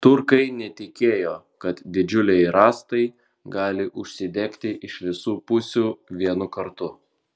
turkai netikėjo kad didžiuliai rąstai gali užsidegti iš visų pusių vienu kartu